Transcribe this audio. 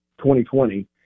2020